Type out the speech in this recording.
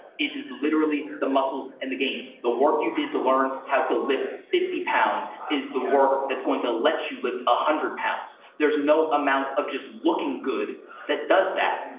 it is literally the muscles and the gains. the work you did to learn how to lift fifty pounds, is the work that's going to let you lift one ah hundred pounds. there's no amount of just looking good that does that.